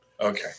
Okay